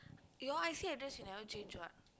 your I_C address you never change what